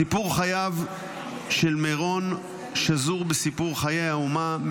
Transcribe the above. סיפור חייו של מרון שזור בסיפור חיי האומה,